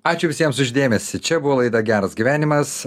ačiū visiems už dėmesį čia buvo laida geras gyvenimas